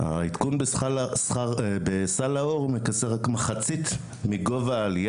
העדכון בסל האור מכסה רק מחצית מגובה העליה